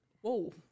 Whoa